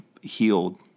healed